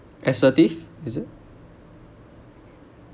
assertive is it